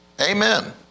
Amen